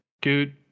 Dude